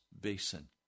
basin